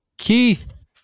Keith